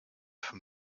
from